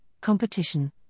competition